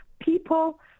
people